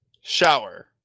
Shower